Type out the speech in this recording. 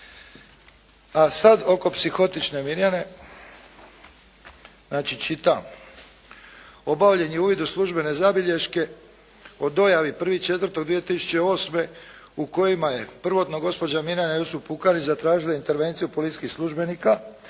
A sada oko psihotične Mirjane, znači čitam: "Obavljen je uvid u službene zabilješke o dojavi 01. 04. 2008. u kojima je prvotno gospođa Mirjana Jusup Pukanić zatražila intervenciju policijskih službenika